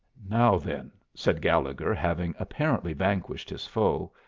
now, then, said gallegher, having apparently vanquished his foe,